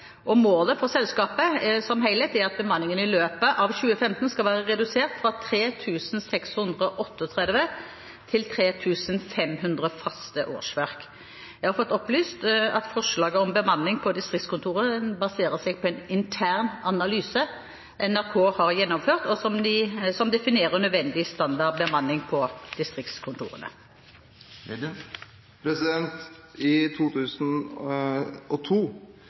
Målet for selskapet som helhet er at bemanningen i løpet av 2015 skal være redusert fra 3 638 til 3 500 faste årsverk. Jeg har fått opplyst at forslaget om bemanning på distriktskontorene baserer seg på en intern analyse NRK har gjennomført, og som definerer nødvendig standard bemanning på distriktskontorene.